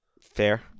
Fair